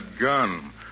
gun